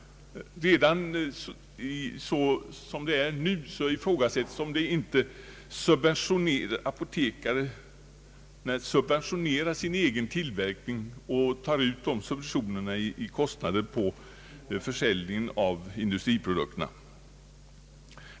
Redan som det nu är ifrågasätts om inte apotekarna subventionerar sin egen tillverkning och tar ut kompensation genom högre pris vid försäljningen av industriprodukterna.